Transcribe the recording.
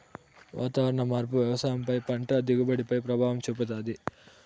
వాతావరణ మార్పు వ్యవసాయం పై పంట దిగుబడి పై ప్రభావం చూపుతాది